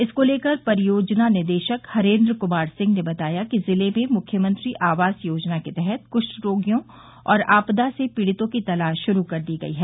इसको लेकर परियोजना निदेशक हरेंद्र कुमार सिंह ने बताया कि जिले में मुख्यमंत्री आवास योजना के तहत कृष्ठ रोगियों और आपदा से पीड़ितो की तलाश शुरु कर दी गई है